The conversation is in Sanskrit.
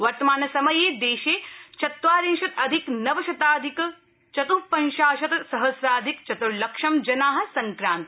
वर्तमानसमये देशे चत्वारिंशदधिक नव शताधिक चतुपञ्चाशत् सहस्राधिक चतुर लक्षा जना सङ्क्रांता